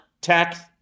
tech